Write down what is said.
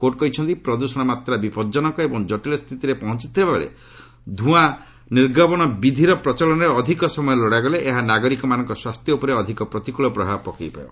court କହିଛନ୍ତି ପ୍ରଦୃଷଣମାତ୍ରା ବିପଜନକ ଏବଂ ଜଟିଳ ସ୍ଥିତିରେ ପହଞ୍ଚଥିବାବେଳେ ନୁଆ ନିର୍ଗମନ ବିଧିର ପ୍ରଚଳନରେ ଅଧିକ ସମୟ ଲୋଡ଼ାଗଲେ ଏହା ନାଗରିକମାନଙ୍କ ସ୍ୱାସ୍ଥ୍ୟ ଉପରେ ଅଧିକ ପ୍ରତିକୃଳ ପ୍ରଭାବ ପକାଇବ